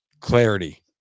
clarity